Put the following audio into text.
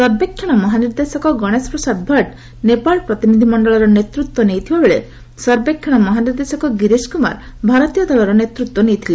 ସର୍ବେକ୍ଷଣ ମହାନିର୍ଦ୍ଦେଶକ ଗଣେଶ ପ୍ରସାଦ ଭଟ୍ଟ ନେପାଳ ପ୍ରତିନିଧିମଣ୍ଡଳର ନେତୃତ୍ୱ ନେଇଥିବା ବେଳେ ସର୍ବେକ୍ଷଣ ମହାନିର୍ଦ୍ଦେଶକ ଗିରିଶ କୁମାର ଭାରତୀୟ ଦଳର ନେତୃତ୍ୱ ନେଇଥିଲେ